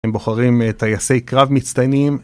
הם בוחרים טייסי קרב מצטיינים